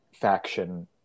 faction